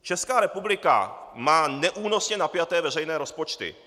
Česká republika má neúnosně napjaté veřejné rozpočty.